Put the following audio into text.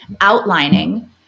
outlining